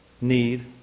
need